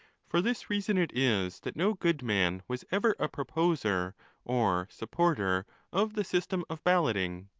for this reason it is that no good man was ever a proposer or supporter of the system of balloting.